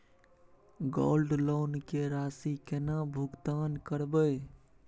Gold loan के राशि केना भुगतान करबै?